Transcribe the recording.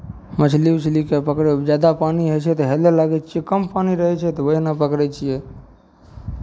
मछली उछलीकेँ पकड़यमे जादे पानि होइ छै तऽ हेलय लगै छै कम पानि रहै छै तऽ ओहिना पकड़ै छियै